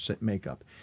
makeup